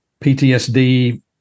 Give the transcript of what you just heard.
PTSD